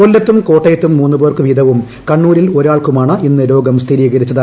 കൊല്ലത്തും കോട്ടയത്തും മൂന്ന് പേർക്ക് വീതവും കണ്ണൂരിൽ ഒരാൾക്കുമാണ് ഇന്ന് രോഗം സ്ഥിരീകരിച്ചത്